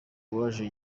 waje